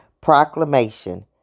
Proclamation